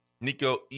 Nico